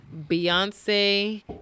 Beyonce